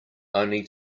only